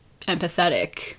empathetic